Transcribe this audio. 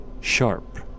sharp